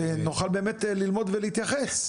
שנוכל באמת ללמוד ולהתייחס.